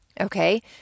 Okay